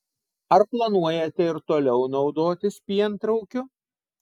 ar planuojate ir toliau naudotis pientraukiu